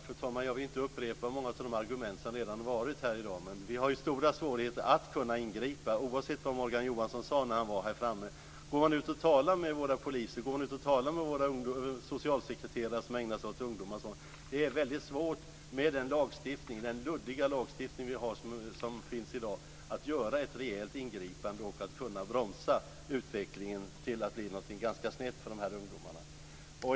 Fru talman! Jag vill inte upprepa de argument som redan anförts här i dag, men jag vill säga att vi har stora svårigheter att ingripa, oavsett vad Morgan Johansson sade när han var framme i talarstolen. Går man ut och talar med våra poliser och våra socialsekreterare som ägnar sig åt ungdomar får man veta att dagens luddiga lagstiftning gör det väldigt svårt att göra ett rejält ingripande och att bromsa utvecklingen, så att det inte går helt snett för dessa ungdomar.